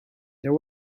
there